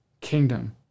Kingdom